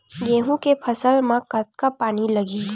गेहूं के फसल म कतका पानी लगही?